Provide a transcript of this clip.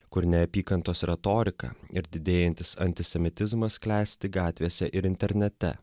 kur neapykantos retorika ir didėjantis antisemitizmas klesti gatvėse ir internete